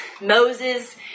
Moses